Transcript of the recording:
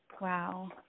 Wow